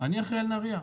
אני אחראי על נהריה.